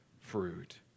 fruit